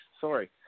sorry